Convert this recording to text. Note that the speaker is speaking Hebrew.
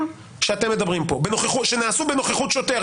שאתם מדברים עליהן פה שנעשו בנוכחות שוטר,